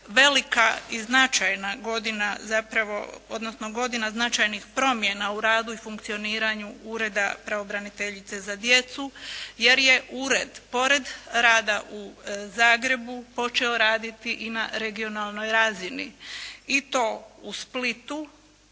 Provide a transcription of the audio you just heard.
velika i značajna godina zapravo, odnosno godina značajnih promjena u radu i funkcioniranju Ureda pravobraniteljice za djecu, jer je ured pored rada u Zagrebu počeo raditi i na regionalnoj razini i to u Splitu,